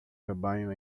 rebanho